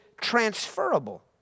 transferable